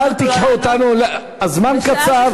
סתיו, אל תיקחו אותנו, הזמן קצר.